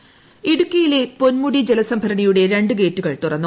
ജാഗ്രത ഇടുക്കിയിലെ പൊന്മുടി ജലസംഭരണിയുടെ രണ്ട് ഗേറ്റുകൾ തുറന്നു